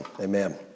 Amen